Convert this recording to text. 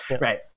right